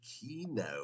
keynote